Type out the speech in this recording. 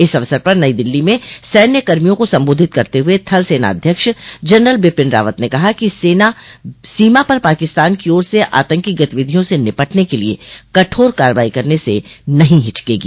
इस अवसर पर नई दिल्ली में सैन्यकर्मियों का संबोधित करते हुए थल सेनाध्यक्ष जनरल बिपिन रावत ने कहा कि सेना सीमा पर पाकिस्तान की ओर से आतंकी गतिविधियों से निपटने के लिए कठोर कार्रवाई करने से नहीं हिचकेगी